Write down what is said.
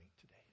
today